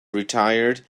retired